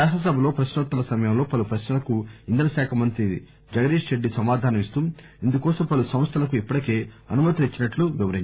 శాసనసభలో ప్రశ్నోత్తరాల సమయంలో పలు ప్రశ్నలకు ఇంధన శాఖ మంత్రి జగదీక్ రెడ్డి సమాధానం ఇస్తూ ఇందుకోసం పలు సంస్లలకు ఇప్పటికే అనుమతులు ఇచ్చినట్లు చెప్పారు